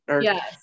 Yes